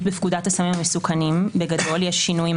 בפקודת הסמים המסוכנים בגדול יש שינויים,